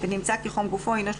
אני